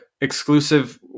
exclusive